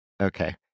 Okay